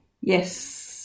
Yes